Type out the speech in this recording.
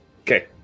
Okay